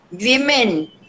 women